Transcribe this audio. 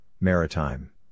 Maritime